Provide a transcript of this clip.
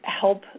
help